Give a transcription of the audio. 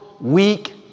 weak